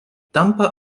tampa